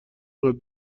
اینقد